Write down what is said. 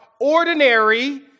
ordinary